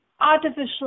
artificial